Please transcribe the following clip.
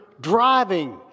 driving